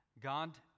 God